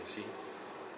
you see